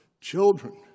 children